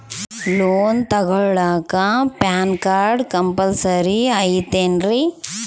Loan ತೊಗೊಳ್ಳಾಕ PAN card compulsory ಐಯ್ತೇನ್ರಿ?